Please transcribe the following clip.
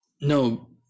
No